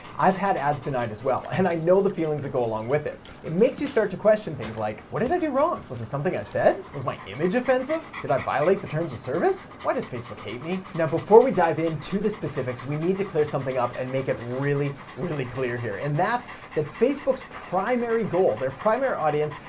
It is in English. i've had ads denied as well, and i know the feelings that go along with it. it makes you start to question things like, what did i do wrong? was it something i said? was my image offensive? did i violate the terms of service? why does facebook hate me? before we dive into the specifics, we need to clear something up and make it really, really clear here, and that's that facebook's primary goal, their primary audience,